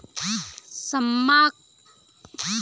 सांवा की खेती अब लगभग समाप्ति के कगार पर है